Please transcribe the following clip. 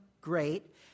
great